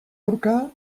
aurka